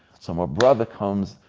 so my brother comes,